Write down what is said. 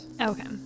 Okay